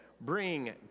bring